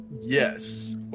Yes